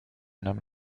nomme